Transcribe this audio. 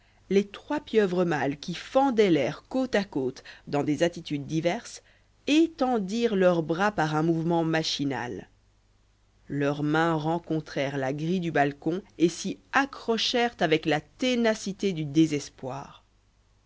les trois pieuvres mâles qui fendaient l'air côte à côte dans des attitudes diverses étendirent leurs bras par un mouvement machinal leurs mains rencontrèrent la grille du balcon et s'y accrochèrent avec la ténacité du désespoir